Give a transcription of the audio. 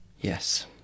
Yes